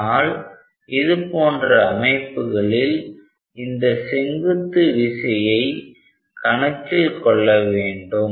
ஆனால் இது போன்ற அமைப்புகளில் இந்த செங்குத்து விசையை கணக்கில் கொள்ள வேண்டும்